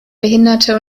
behinderte